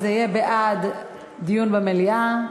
זה יהיה בעד דיון במליאה.